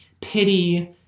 pity